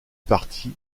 parti